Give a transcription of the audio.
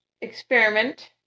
experiment